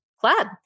Club